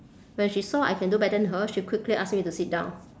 when she saw I can do better than her she quickly ask me to sit down